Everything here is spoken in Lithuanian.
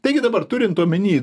taigi dabar turint omeny